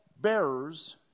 bearers